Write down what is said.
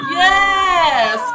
yes